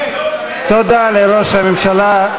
תודה לראש הממשלה.